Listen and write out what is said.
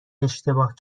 اشتباه